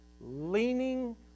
leaning